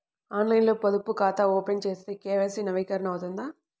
ఆన్లైన్లో పొదుపు ఖాతా ఓపెన్ చేస్తే కే.వై.సి నవీకరణ అవుతుందా?